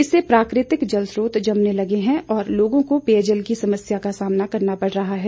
इससे प्राकृतिक जल स्रोत जमने लगे हैं और लोगों को पेयजल की समस्या का सामना करना पड़ रहा है